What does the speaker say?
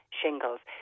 shingles